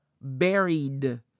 buried